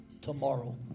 Tomorrow